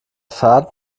fahrt